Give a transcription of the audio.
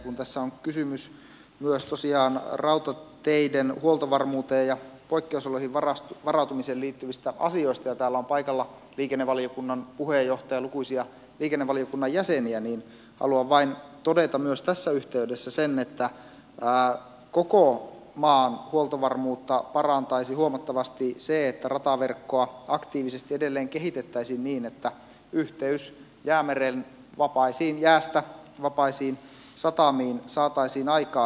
kun tässä on kysymys myös tosiaan rautateiden huoltovarmuuteen ja poikkeusoloihin varautumiseen liittyvistä asioista ja täällä on paikalla liikennevaliokunnan puheenjohtaja ja lukuisia liikennevaliokunnan jäseniä niin haluan vain todeta myös tässä yhteydessä sen että koko maan huoltovarmuutta parantaisi huomattavasti se että rataverkkoa aktiivisesti edelleen kehitettäisiin niin että yhteys jäämeren jäästä vapaisiin satamiin saataisiin aikaan